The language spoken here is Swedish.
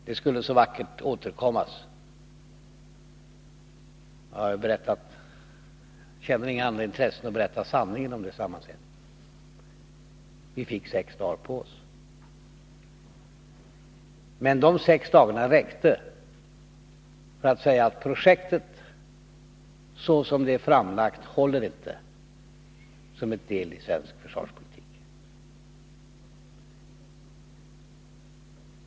Det skulle så vackert återkommas — det har jag berättat om. Jag har inga andra intressen än att berätta sanningen om det sammanträdet. Vi fick sex dagar på oss, men de sex dagarna räckte för att säga att projektet, så som det är framlagt, inte håller som en del i svensk försvarspolitik.